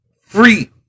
free